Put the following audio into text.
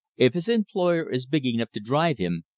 if his employer is big enough to drive him,